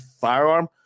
firearm